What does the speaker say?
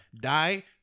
die